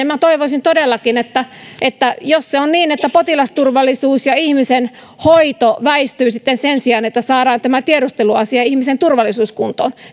minä toivoisin todellakin että että jos se on niin että potilasturvallisuus ja ihmisen hoito väistyvät sen sijaan että saadaan tämä tiedusteluasia ihmisen turvallisuus kuntoon